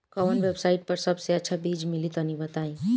कवन वेबसाइट पर सबसे अच्छा बीज मिली तनि बताई?